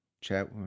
chat